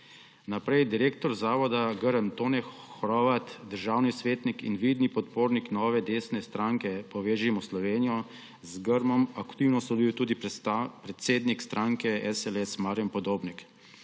zaposlil. Direktor zavoda Grm Tone Hrovat, državni svetnik in vidni podpornik nove desne stranke Povežimo Slovenijo, z Grmom aktivno sodeluje tudi predsednik stranke SLS Marjan Podobnik.